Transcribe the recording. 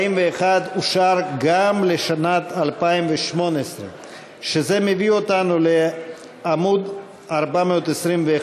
41 אושר גם לשנת 2018. שזה מביא אותנו לעמוד 421,